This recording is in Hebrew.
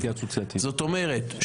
זאת אומרת,